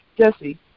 Jesse